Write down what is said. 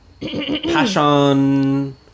passion